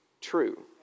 true